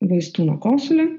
vaistų nuo kosulio